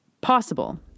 possible